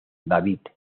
david